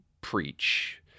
preach